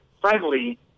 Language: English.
friendly